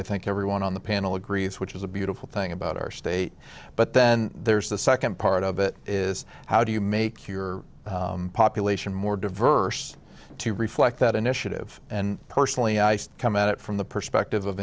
i think everyone on the panel agrees which is a beautiful thing about our state but then there's the second part of it is how do you make your population more diverse to reflect that initiative and personally i come at it from the perspective of